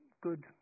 good